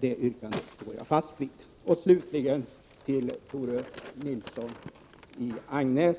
Det yrkandet står jag fast vid. Slutligen till Tore Nilsson i Agnäs.